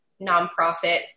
nonprofit